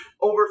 over